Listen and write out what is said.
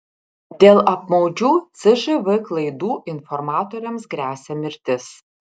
dėl apmaudžių cžv klaidų informatoriams gresia mirtis